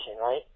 right